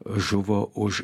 žuvo už